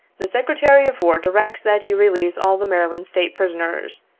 the secretary of war directs that you release all the mary land state prisoners,